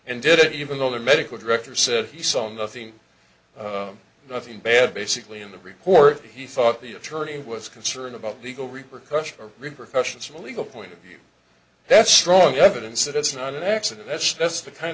and did it even though the medical director said he saw nothing nothing bad basically in the report he thought the attorney was concerned about legal repercussions repercussions from a legal point of view that's strong evidence that it's not an accident that's just the kind